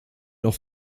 noch